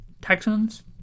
texans